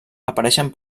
apareixen